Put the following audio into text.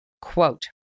quote